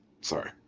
Sorry